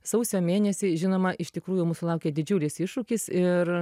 sausio mėnesį žinoma iš tikrųjų mūsų laukė didžiulis iššūkis ir